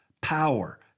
power